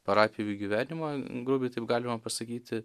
parapijų gyvenimo grubiai taip galima pasakyti